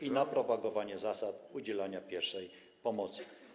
i na propagowanie zasad udzielania pierwszej pomocy.